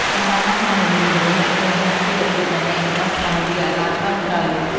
សម្រាប់បញ្ហានីមួយៗ អ្នកត្រូវបង្ហាញពីរបៀបដែលអ្នកនឹងដោះស្រាយវាអោយបានត្រឹមត្រូវ។